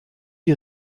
die